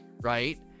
right